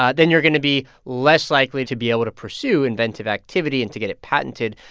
ah then you're going to be less likely to be able to pursue inventive activity and to get it patented.